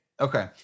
Okay